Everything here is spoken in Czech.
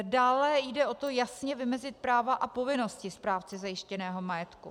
Dále jde o to jasně vymezit práva a povinnosti správci zajištěného majetku.